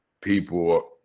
people